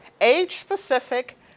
age-specific